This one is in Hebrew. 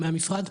מהמשרד?